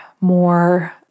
more